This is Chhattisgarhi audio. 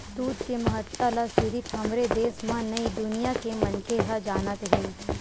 दूद के महत्ता ल सिरिफ हमरे देस म नइ दुनिया के मनखे ह जानत हे